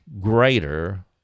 greater